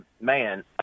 man